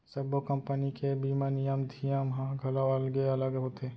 सब्बो कंपनी के ए बीमा नियम धियम ह घलौ अलगे अलग होथे